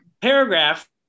paragraph